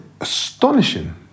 astonishing